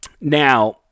Now